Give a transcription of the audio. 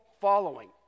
following